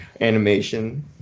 animation